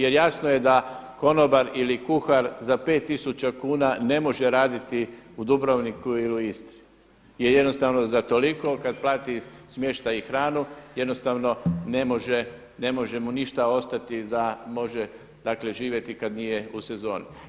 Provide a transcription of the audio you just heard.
Jer jasno je da konobar ili kuhar za 5000 kuna ne može raditi u Dubrovniku ili u Istri, jer jednostavno za toliko kad plati smještaj i hranu jednostavno ne može mu ništa ostati da može dakle živjeti kad nije u sezoni.